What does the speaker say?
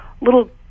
little